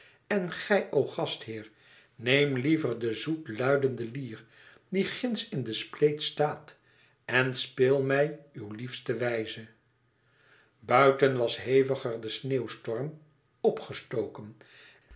en gij o gastheer neem liever de zoet luidende lier die gindsch in den spleet staat en speel mij uw liefste wijze buiten was heviger de sneeuwstorm op gestoken